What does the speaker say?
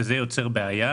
וזה יוצר בעיה,